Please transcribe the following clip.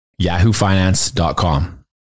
yahoofinance.com